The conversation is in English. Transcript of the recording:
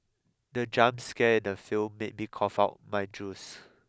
the jump scare in the film made me cough out my juice